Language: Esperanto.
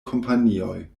kompanioj